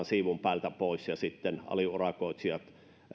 siivun päältä pois ja sitten aliurakoitsijat